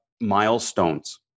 milestones